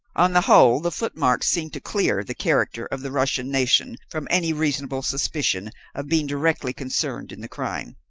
on the whole the footmarks seemed to clear the character of the russian nation from any reasonable suspicion of being directly concerned in the crime.